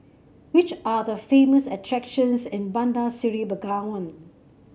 which are the famous attractions in Bandar Seri Begawan